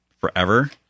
forever